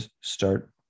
start